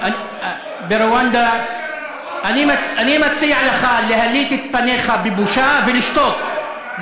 ברואנדה ------ אני מציע לך להליט את פניך בבושה ולשתוק,